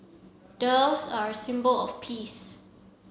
doves are symbol of peace